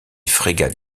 frégate